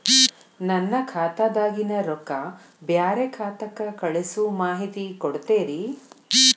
ನನ್ನ ಖಾತಾದಾಗಿನ ರೊಕ್ಕ ಬ್ಯಾರೆ ಖಾತಾಕ್ಕ ಕಳಿಸು ಮಾಹಿತಿ ಕೊಡತೇರಿ?